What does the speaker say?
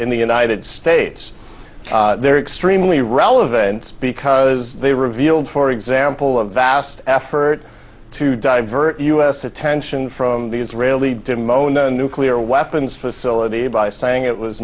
in the united states they're extremely relevant because they revealed for example of vast effort to divert u s attention from the israeli to mono nuclear weapons facility by saying it was